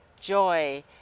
joy